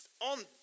on